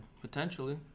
Potentially